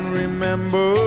remember